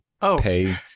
Pay